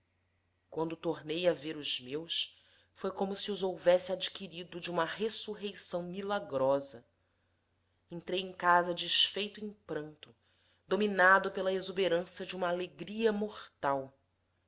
quando tornei a ver os meus foi como se os houvesse adquirido de uma ressurreição milagrosa entrei em casa desfeito em pranto dominado pela exuberância de uma alegria mortal